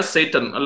Satan